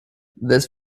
this